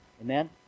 Amen